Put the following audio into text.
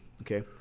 Okay